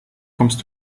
kommst